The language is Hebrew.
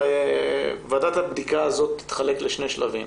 ועדת הבדיקה תתחלק לשני שלבים,